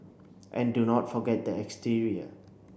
and do not forget the exterior